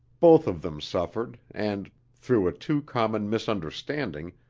both of them suffered and, through a too common misunderstanding,